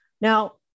Now